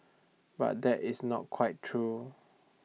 but that is not quite true